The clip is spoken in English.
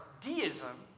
deism